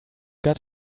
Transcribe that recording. got